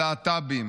על להט"בים,